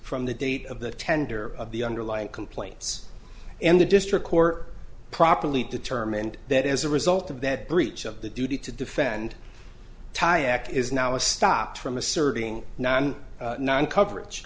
from the date of the tender of the underlying complaints and the district court properly determined that as a result of that breach of the duty to defend thai act is now a stop from asserting non non coverage